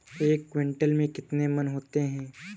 एक क्विंटल में कितने मन होते हैं?